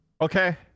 okay